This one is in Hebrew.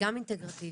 גם אינטגרטיבי,